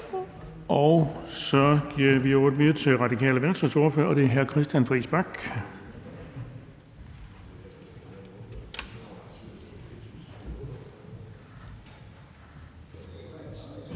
Så giver vi ordet videre til Radikale Venstres ordfører, det er hr. Christian Friis Bach.